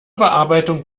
bearbeitung